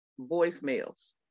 voicemails